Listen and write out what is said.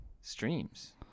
streams